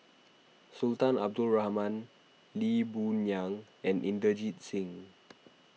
Sultan Abdul Rahman Lee Boon Yang and Inderjit Singh